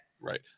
right